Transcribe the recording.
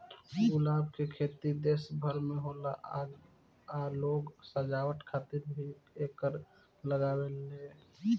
गुलाब के खेती देश भर में होला आ लोग सजावट खातिर भी एकरा के लागावेले